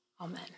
Amen